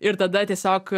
ir tada tiesiog